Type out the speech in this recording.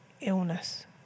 illness